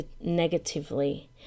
negatively